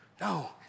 no